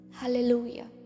Hallelujah